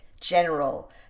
General